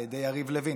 על ידי יריב לוין,